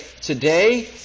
today